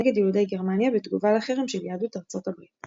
נגד יהודי גרמניה בתגובה לחרם של יהדות ארצות הברית.